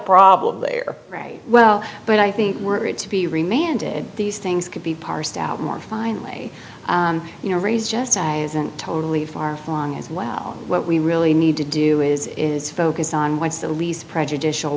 problem there right well but i think were it to be remanded these things could be parsed out more finely you know raise just isn't totally far flung as well what we really need to do is is focus on what's the least prejudicial